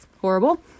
horrible